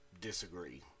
disagree